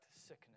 sickness